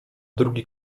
drugi